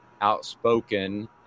outspoken